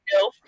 no